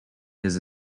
his